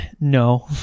no